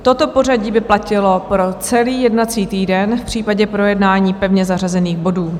Toto pořadí by platilo pro celý jednací týden v případě projednání pevně zařazených bodů.